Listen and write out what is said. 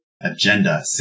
Agenda